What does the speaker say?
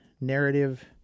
narrative